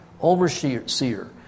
overseer